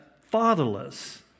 fatherless